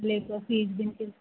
labour fees बीन